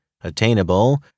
attainable